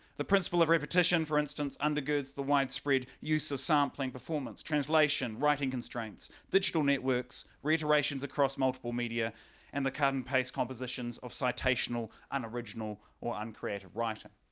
the principle of repetition for instance undergirds the widespread use of sampling performance translation writing constraints digital networks reiterations across multiple media and the cut and paste compositions of citational and original or uncreated writer.